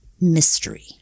mystery